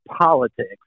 politics